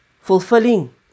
fulfilling